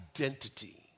Identity